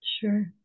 Sure